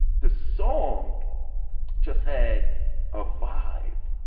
the song just had a vibe,